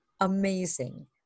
amazing